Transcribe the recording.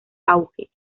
auge